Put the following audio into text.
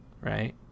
right